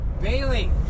Bailey